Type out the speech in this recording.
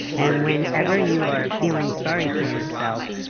and whenever you are feeling sorry for yourself,